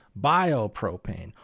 biopropane